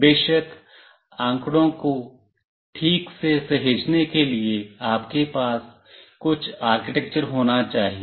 बेशक आंकड़ों को ठीक से सहेजने के लिए आपके पास कुछ आर्किटेक्चर होना चाहिए